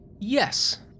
Yes